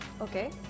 Okay